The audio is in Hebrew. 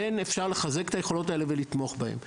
כן אפשר לחזק את היכולות האלה ולתמוך בהם.